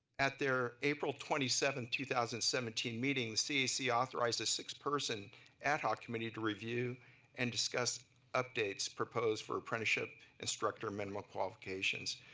at their april twenty seven, two thousand and seventeen meeting cac authorized a six person ad hoc committee to review and discuss updates proposed for apprenticeship instructor minimum qualifications.